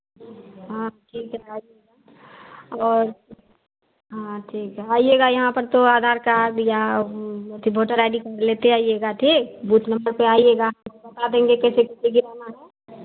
हाँ और हाँ ठीक है आइएगा यहाँ पर तो आधार कार्ड या अथी वोटर आई डी कार्ड लेते आइएगा ठीक बूथ नम्बर पर आइएगा तो सब बता देंगे कैसे कैसे गिराना है